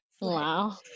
Wow